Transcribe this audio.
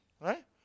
Right